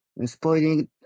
spoiling